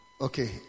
Okay